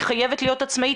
היא חייבת להיות עצמאית,